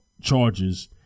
charges